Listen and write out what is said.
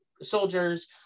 soldiers